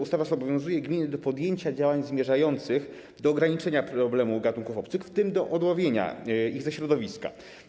Ustawa zobowiązuje gminy do podjęcia działań zmierzających do ograniczenia problemu gatunków obcych, w tym do odłowienia ich ze środowiska.